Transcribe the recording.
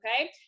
okay